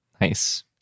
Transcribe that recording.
Nice